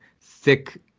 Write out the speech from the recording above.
thick